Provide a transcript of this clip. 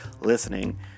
listening